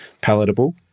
palatable